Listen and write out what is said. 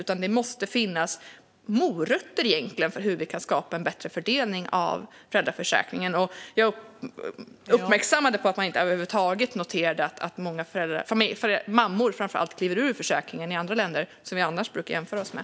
Det måste i stället finnas morötter för hur vi kan skapa en bättre fördelning av föräldraförsäkringen. Som jag uppmärksammade har man över huvud taget inte noterat att många, framför allt mammor, kliver ur försäkringen i länder som vi annars brukar jämföra oss med.